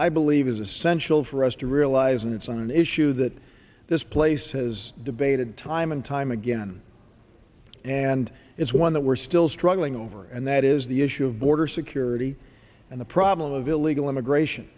i believe is essential for us to realize and it's an issue that this place has debated time and time again and it's one that we're still struggling over and that is the issue of border security and the problem of illegal immigration